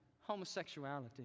homosexuality